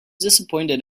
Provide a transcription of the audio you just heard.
disappointed